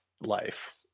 life